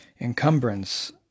Encumbrance